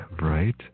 right